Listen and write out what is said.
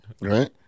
Right